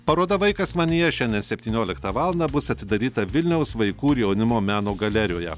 paroda vaikas manyje šiandien septynioliktą valandą bus atidaryta vilniaus vaikų ir jaunimo meno galerijoje